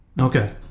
Okay